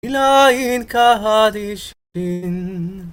אלוהים קדישין